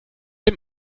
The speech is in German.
dem